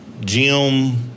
Jim